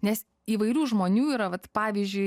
nes įvairių žmonių yra vat pavyzdžiui